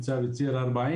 יישובים.